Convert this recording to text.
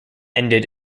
ended